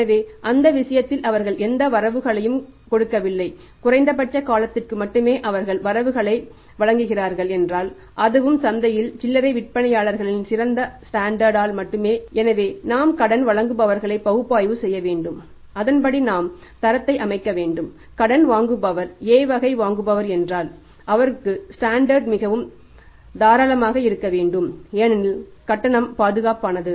எனவே அந்த விஷயத்தில் அவர்கள் எந்த வரவுகளையும் கொடுக்கவில்லை குறைந்த பட்ச காலத்திற்கு மட்டுமே அவர்கள் வரவுகளை வழங்குகிறார்கள் என்றால் அதுவும் சந்தையில் சில்லறை விற்பனையாளர்களின் சிறந்த ஸ்டாண்டர்ட் மிகவும் தாராளமாக இருக்க வேண்டும் ஏனெனில் கட்டணம் பாதுகாப்பானது